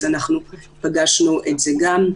אז פגשנו את זה גם.